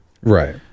Right